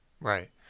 Right